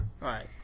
Right